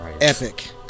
epic